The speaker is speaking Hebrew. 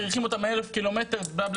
מריחים אותם מאלף קילומטר' בלה,